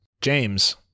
James